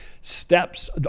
steps